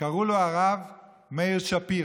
קראו לו הרב מאיר שפירא.